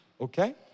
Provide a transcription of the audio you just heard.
okay